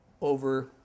over